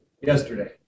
Yesterday